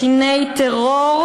קני טרור,